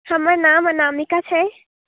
हमर नाम अनामिका छै